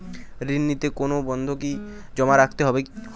ঋণ নিতে কোনো বন্ধকি জমা রাখতে হয় কিনা?